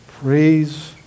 praise